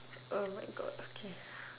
oh my god okay